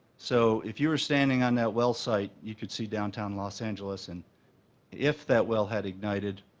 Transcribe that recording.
so if you were standing on that well site, you could see downtown los angeles and if that well had ignited,